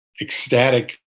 ecstatic